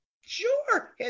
Sure